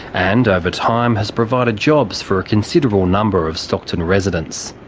and over time has provided jobs for a considerable number of stockton residents.